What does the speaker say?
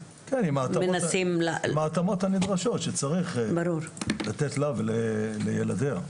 עם ההתאמות הנדרשות, שצריך לתת לה ולילדיה.